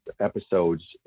episodes